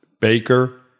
Baker